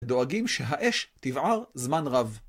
דואגים שהאש תבער זמן רב.